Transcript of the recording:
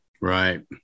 Right